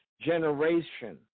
generation